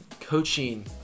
coaching